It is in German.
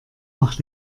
macht